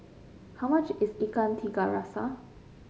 how much is Ikan Tiga Rasa